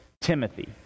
Timothy